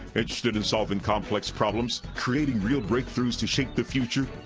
interested in solving complex problems? creating real breakthroughs to shape the future?